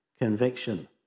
conviction